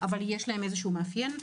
אבל יש להן איזשהו מאפיין.